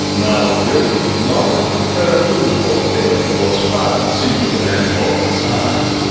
now drilling in order to prepare a tooth for filling was fast, simple, and more precise.